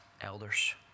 elders